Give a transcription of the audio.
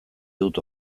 dut